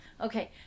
Okay